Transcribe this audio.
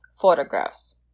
photographs